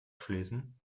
schließen